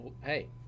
Hey